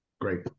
Great